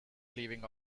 leaving